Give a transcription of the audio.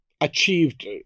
Achieved